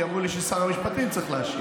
כי אמרו לי ששר המשפטים צריך להשיב.